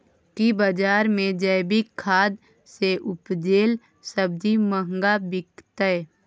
की बजार मे जैविक खाद सॅ उपजेल सब्जी महंगा बिकतै?